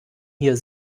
hier